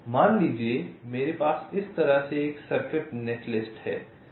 मान लीजिए कि मेरे पास इस तरह से एक सर्किट नेटलिस्ट है